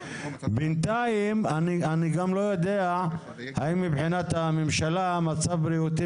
בינתיים אני גם לא יודע האם מבחינת הממשלה מצב בריאותי